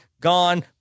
gone